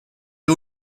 que